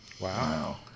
Wow